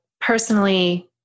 personally